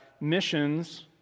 missions